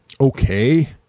okay